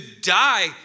die